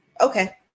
Okay